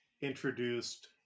introduced